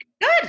Good